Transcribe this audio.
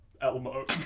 Elmo